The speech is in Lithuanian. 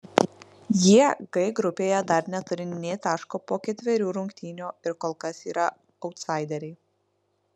jie g grupėje dar neturi nė taško po ketverių rungtynių ir kol kas yra autsaideriai